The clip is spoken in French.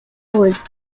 rose